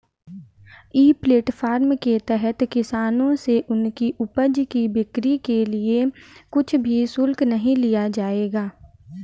ई platform के तहत किसानों से उनकी उपज की बिक्री के लिए कुछ भी शुल्क नहीं लिया जाएगा